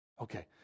Okay